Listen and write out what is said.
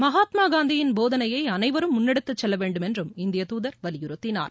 மகாத்மா காந்தியின் போதனைய அனைவரும் முன்னெடுத்து செல்லவேண்டும் என்றும் இந்திய தூதர் வலியுறுத்தினார்